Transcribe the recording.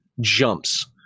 jumps